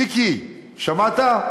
מיקי, שמעת?